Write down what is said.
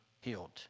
healed